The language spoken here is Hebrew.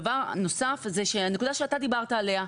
דבר נוסף, היא הנקודה שאתה דיברת עליה,